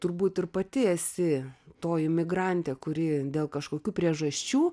turbūt ir pati esi toji migrantė kuri dėl kažkokių priežasčių